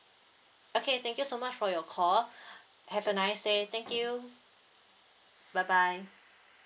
okay thank you so much for your call have a nice day thank you bye bye